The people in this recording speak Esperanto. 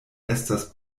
estas